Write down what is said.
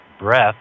breath